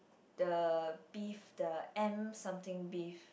the beef the M something beef